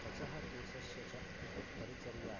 त्वचः केशस्य च परिचर्यायै